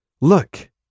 look